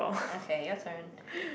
okay your turn